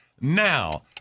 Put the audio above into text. now